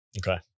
Okay